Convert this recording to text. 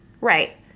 Right